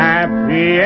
Happy